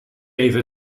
even